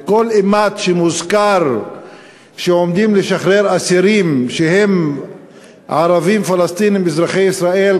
וכל אימת שמוזכר שעומדים לשחרר אסירים שהם ערבים-פלסטינים אזרחי ישראל,